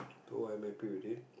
so I'm happy with it